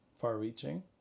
far-reaching